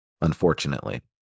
unfortunately